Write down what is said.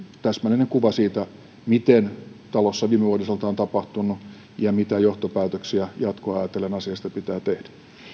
täsmällinen kuva siitä mitä talossa viime vuoden osalta on tapahtunut ja mitä johtopäätöksiä jatkoa ajatellen asiasta pitää tehdä